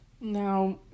Now